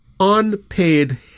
unpaid